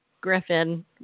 Griffin